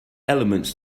elements